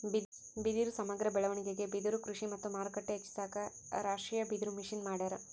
ಬಿದಿರು ಸಮಗ್ರ ಬೆಳವಣಿಗೆಗೆ ಬಿದಿರುಕೃಷಿ ಮತ್ತು ಮಾರುಕಟ್ಟೆ ಹೆಚ್ಚಿಸಾಕ ರಾಷ್ಟೀಯಬಿದಿರುಮಿಷನ್ ಮಾಡ್ಯಾರ